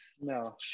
No